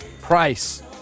price